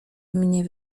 mnie